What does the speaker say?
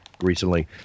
recently